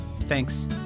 thanks